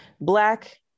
black